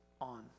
on